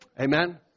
Amen